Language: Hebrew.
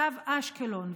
קו אשקלון,